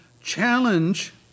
challenge